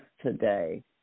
today